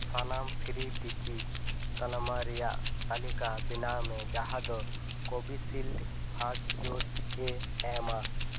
ᱥᱟᱱᱟᱢ free ticket ᱛᱟᱞᱢᱟ ᱨᱮᱭᱟᱜ ᱛᱟᱞᱤᱠᱟ ᱵᱮᱱᱟᱣᱢᱮ ᱡᱟᱦᱟᱸ ᱫᱚ ᱠᱳᱵᱤᱰᱥᱤᱞᱰ ᱯᱷᱟᱥ ᱰᱳᱡᱮ ᱮᱢᱟ